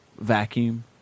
vacuum